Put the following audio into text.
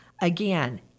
Again